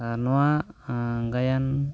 ᱟᱨ ᱱᱚᱣᱟ ᱜᱟᱭᱟᱱ